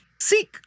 seek